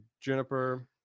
Juniper